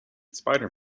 spider